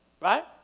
Right